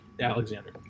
Alexander